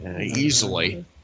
Easily